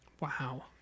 Wow